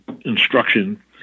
instruction